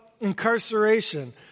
incarceration